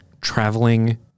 traveling